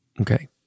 Okay